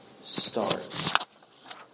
starts